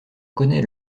connais